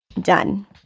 done